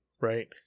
Right